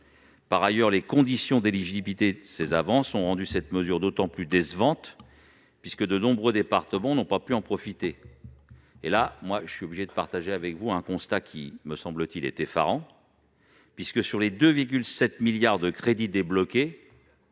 Par ailleurs, les conditions d'éligibilité de ces avances ont rendu cette mesure encore plus décevante, puisque de nombreux départements n'ont pas pu en profiter. À ce stade, je me vois contraint de partager avec vous un constat qui me semble effarant : sur les 2,7 milliards d'euros de crédits débloqués,